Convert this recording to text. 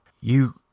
You